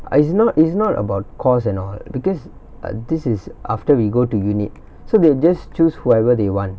it's not it's not about course and all because uh this is after we go to unit so they just choose whoever they want